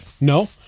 No